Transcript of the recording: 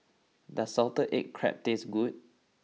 does Salted Egg Crab taste good